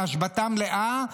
אלא השבתה מלאה,